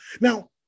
Now